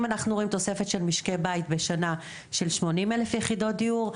אם אנחנו רואים תוספת של משקי בית בשנה של 80,000 יחידות דיור,